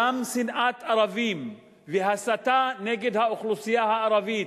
גם שנאת ערבים והסתה נגד האוכלוסייה הערבית,